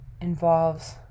involves